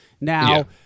Now